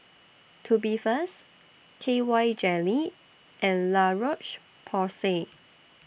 Tubifast K Y Jelly and La Roche Porsay